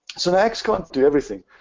so axe can't do everything.